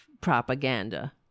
propaganda